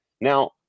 Now